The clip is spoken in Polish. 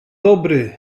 dobry